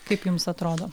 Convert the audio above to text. kaip jums atrodo